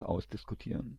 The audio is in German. ausdiskutieren